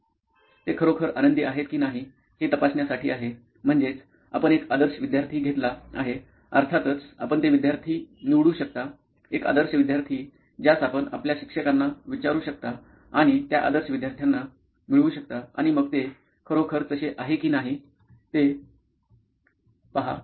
ते खरोखर आनंदित आहेत की नाही हे तपासण्यासाठी आहे म्हणजेच आपण एक आदर्श विद्यार्थी घेतला आहे अर्थातच आपण ते विद्यार्थी निवडू शकता एक आदर्श विद्यार्थी ज्यास आपण आपल्या शिक्षकांना विचारू शकता आणि त्या आदर्श विद्यार्थ्यांना मिळवू शकता आणि मग ते खरोखर तसे आहे की नाही ते पहा